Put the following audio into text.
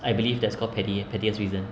I believe that's called petty pettiest reason